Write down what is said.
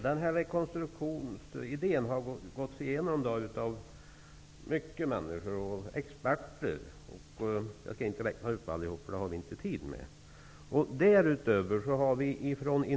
Herr talman! Många människor, experter och andra, har gått igenom den här rekonstruktionsidén.